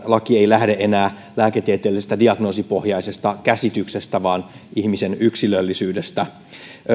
laki ei lähde enää lääketieteellisestä diagnoosipohjaisesta käsityksestä vaan ihmisen yksilöllisyydestä